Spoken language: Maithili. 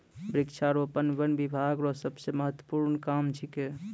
वृक्षारोपण वन बिभाग रो सबसे महत्वपूर्ण काम छिकै